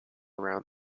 around